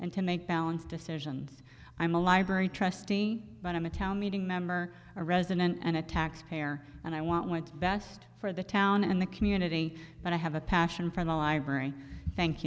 and to make balanced decisions i'm a library trustee but i'm a town meeting member a resin and a taxpayer and i want best for the town and the community and i have a passion for the library thank